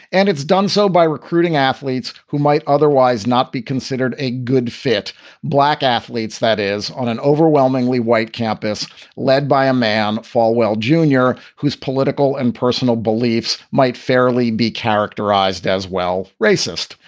and it's done so by recruiting athletes who might otherwise not be considered a good fit black athletes. that is on an overwhelmingly white campus led by a man, falwell jr, whose political and personal beliefs might fairly be characterized as well. racist,